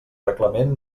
reglament